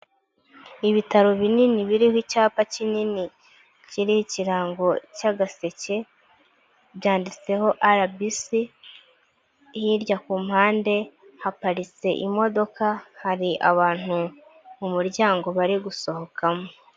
Ibitaro binini biriho icyapa kinini kiriho ikirango cy'agaseke byanditseho arabisi, hirya ku mpande haparitse imodoka hari abantu mu muryango bari gusohokamo.